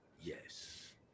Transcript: Yes